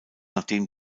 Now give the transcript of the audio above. nachdem